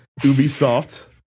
Ubisoft